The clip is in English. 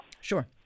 Sure